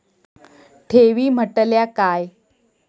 ठेवी म्हटल्या काय?